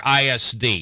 ISD